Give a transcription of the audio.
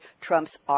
Trump's